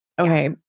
Okay